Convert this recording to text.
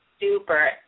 super